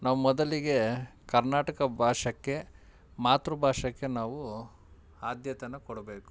ನಾವು ಮೊದಲಿಗೆ ಕರ್ನಾಟಕ ಭಾಷೆಗೆ ಮಾತೃಭಾಷಕ್ಕೆ ನಾವು ಆದ್ಯತೆನ ಕೊಡಬೇಕು